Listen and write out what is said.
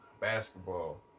basketball